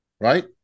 right